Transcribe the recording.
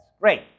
great